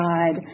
God